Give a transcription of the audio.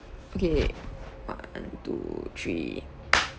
okay one two three